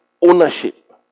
ownership